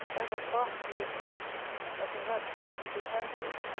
i have a vast deal to write and perhaps shall have little time for it.